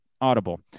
audible